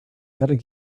welk